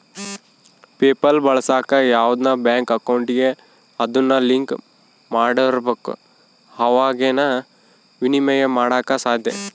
PayPal ಬಳಸಾಕ ಯಾವ್ದನ bank ಅಕೌಂಟಿಗೆ ಅದುನ್ನ ಲಿಂಕ್ ಮಾಡಿರ್ಬಕು ಅವಾಗೆ ಃನ ವಿನಿಮಯ ಮಾಡಾಕ ಸಾದ್ಯ